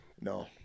no